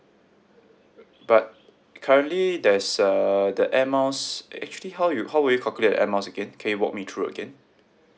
but currently there's uh the air miles actually how you how would you calculate the air miles again can you walk me through again